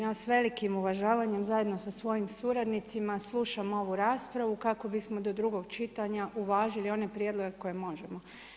Ja s velikim uvažavanjem zajedno sa svojim suradnicima slušam ovu raspravu kako bismo do drugog čitanja uvažili one prijedloge koje možemo.